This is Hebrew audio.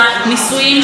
הוא שוטר,